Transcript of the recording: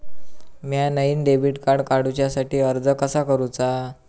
म्या नईन debit card काडुच्या साठी अर्ज कसा करूचा?